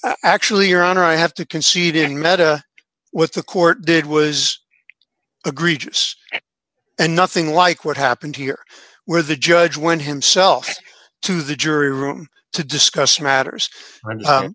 on actually your honor i have to concede in mehta what the court did was agreed and nothing like what happened here where the judge went himself to the jury room to discuss matters